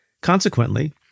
consequently